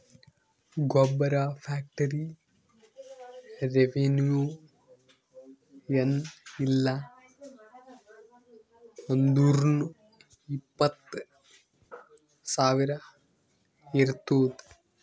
ಗೊಬ್ಬರ factory revenue ಏನ್ ಇಲ್ಲ ಅಂದುರ್ನೂ ಇಪ್ಪತ್ತ್ ಸಾವಿರ ಇರ್ತುದ್